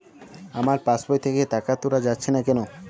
আমার পাসবই থেকে টাকা তোলা যাচ্ছে না কেনো?